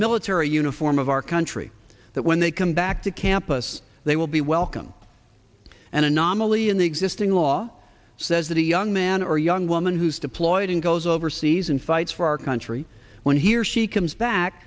military uniform of our country that when they come back to campus they will be welcome an anomaly in the existing law says that a young man or young woman who's deployed and goes overseas and fights for our country when he or she comes back